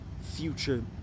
future